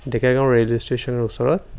Dekargaon railway ষ্টেশ্যনৰ ওচৰত